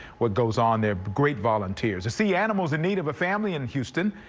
what goes on there great volunteers to see animals in need of a family in houston.